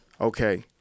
Okay